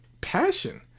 passion